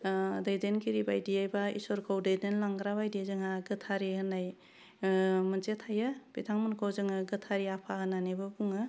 दैदेनगिरि बायदियै बा ईश्वोरखौ दैदेनलांग्रा बायदि जोंहा गोथारै होन्नाय मोनसे थायो बिथांमोनखौ जोङो गोथारै आफा होन्नानैबो बुङो